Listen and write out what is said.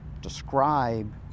describe